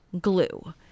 glue